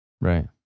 Right